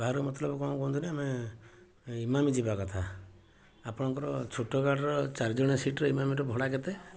ବାହାରକୁ ମତଲବ କ'ଣ କୁହନ୍ତୁନି ଆମେ ଇମାମି ଯିବା କଥା ଆପଣଙ୍କ ଛୋଟୋ ଗାଡ଼ିର ଚାରି ଜଣିଆ ସିଟ୍ରେ ଇମାମିର ଭଡ଼ା କେତେ